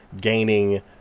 gaining